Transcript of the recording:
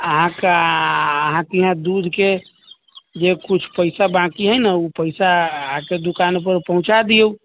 अहाँक अहाँकेँ इहाँ दूधके जे किछु पैसा बाँकी हइ ने ओ पैसा आके दुकान पर पहुँचा दियौ